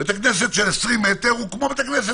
בית כנסת של 20 מטר הוא כמו בית ספר